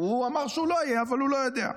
הוא אמר שהוא לא יהיה אבל הוא לא יודע.